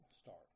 start